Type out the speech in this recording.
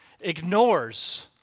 ignores